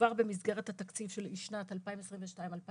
שכבר במסגרת התקציב של שנת 2023-2022,